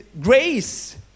grace